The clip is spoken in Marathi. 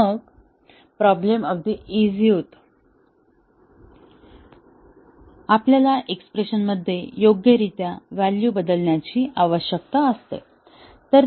मग प्रॉब्लेम अगदी इझी होतो आपल्याला एक्स्प्रेशनमध्ये योग्यरित्या व्हॅल्यू बदलण्याची आवश्यकता आहे